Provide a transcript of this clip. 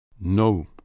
No